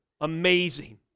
amazing